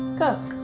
cook